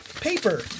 paper